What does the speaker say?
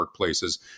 workplaces